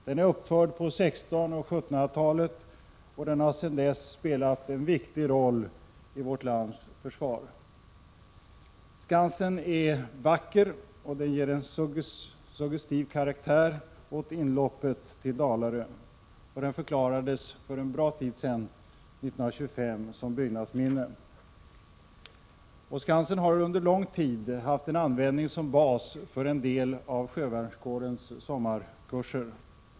Den är uppförd på 1600 och 1700-talen och har sedan dess spelat en viktig roll i vårt lands försvar. Skansen är vacker och ger en suggestiv karaktär åt inloppet till Dalarö. Den förklarades för ett bra tag sedan — år 1925 — för byggnadsminne. Skansen har under lång tid haft en användning som bas för en del av sjövärnskårens sommarkurser.